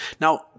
Now